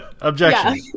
Objection